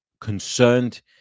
concerned